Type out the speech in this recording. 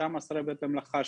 אותם עשרת בתי מלאכה,